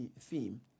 theme